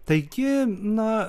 taigi na